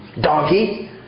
Donkey